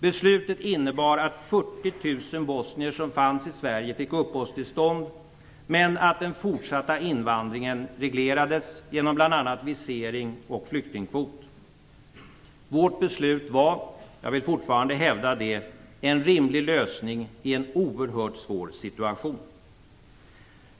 Beslutet innebar att 40 000 bosnier som befann sig i Sverige skulle få uppehållstillstånd men att den fortsatta invandringen reglerades genom bl.a. visering och flyktingkvot. Vårt beslut var - jag vill fortfarande hävda det - en rimlig lösning i en oerhört svår situation.